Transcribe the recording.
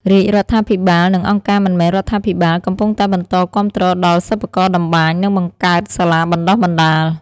រាជរដ្ឋាភិបាល និងអង្គការមិនមែនរដ្ឋាភិបាល កំពុងតែបន្តគាំទ្រដល់សិប្បករតម្បាញ និងបង្កើតសាលាបណ្តុះបណ្តាល។